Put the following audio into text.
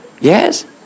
Yes